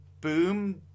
Boom